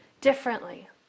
differently